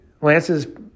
Lance's